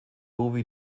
ouvi